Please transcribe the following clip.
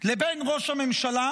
לבין ראש הממשלה,